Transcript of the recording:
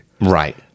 right